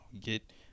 get